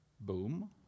Boom